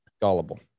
Gullible